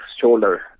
shoulder